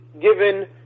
given